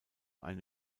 eine